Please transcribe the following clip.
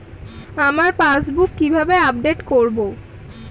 আমার পাসবুক কিভাবে আপডেট করবো?